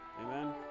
Amen